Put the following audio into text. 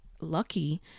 lucky